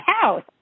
house